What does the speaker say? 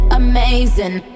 amazing